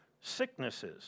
sicknesses